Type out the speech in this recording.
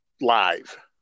live